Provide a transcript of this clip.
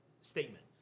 statement